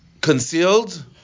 concealed